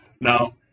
Now